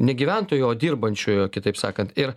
ne gyventojų o dirbančiojo kitaip sakant ir